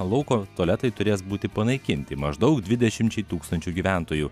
lauko tualetai turės būti panaikinti maždaug dvidešimčiai tūkstančių gyventojų